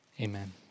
Amen